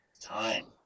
time